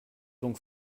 donc